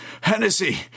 Hennessy